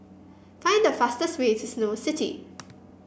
find the fastest way to Snow City